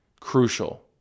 crucial